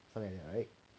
can